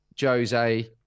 Jose